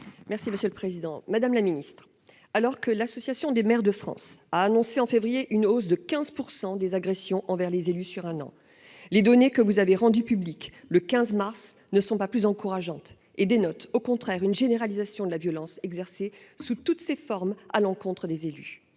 Merci, monsieur le Président Madame la Ministre alors que l'association des maires de France a annoncé en février une hausse de 15% des agressions envers les élus sur un an les données que vous avez rendu public le 15 mars ne sont pas plus encourageantes et des notes au contraire une généralisation de la violence exercée sous toutes ses formes à l'encontre des élus